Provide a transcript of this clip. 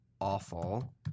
Awful